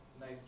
Nice